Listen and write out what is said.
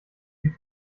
die